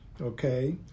Okay